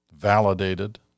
validated